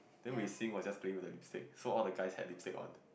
then we sing was just doing the lipstick so all the guys had lipstick on